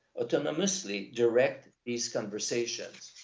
autonomously direct these conversations.